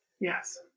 Yes